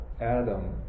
Adam